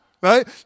right